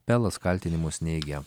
pelas kaltinimus neigia